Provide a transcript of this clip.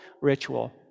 ritual